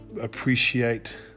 appreciate